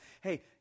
Hey